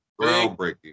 Groundbreaking